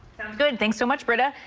sounds good. thanks so much. but